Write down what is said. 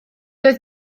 doedd